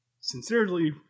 sincerely